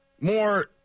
more